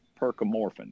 percomorphin